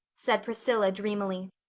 said priscilla dreamily.